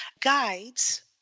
guides